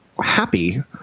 happy